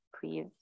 please